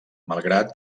malgrat